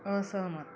असहमत